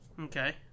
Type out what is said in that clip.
Okay